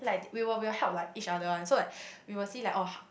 like we will we will help like each other [one] so like we will see like oh h~